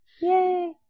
Yay